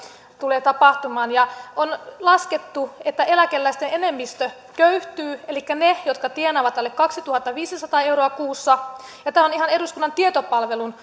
tulee tapahtumaan kun on laskettu että eläkeläisten enemmistö köyhtyy elikkä ne jotka tienaavat alle kaksituhattaviisisataa euroa kuussa ja tämä on ihan eduskunnan tietopalvelun